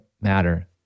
matter